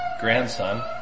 grandson